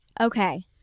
Okay